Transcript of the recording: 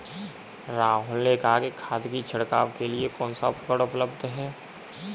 राहुल ने कहा कि खाद की छिड़काव के लिए कौन सा उपकरण उपलब्ध है?